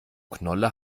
knolle